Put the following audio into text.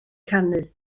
canu